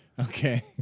Okay